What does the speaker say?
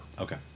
Okay